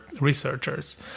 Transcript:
researchers